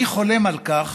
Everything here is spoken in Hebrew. אני חולם על כך